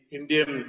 Indian